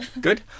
Good